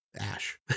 Ash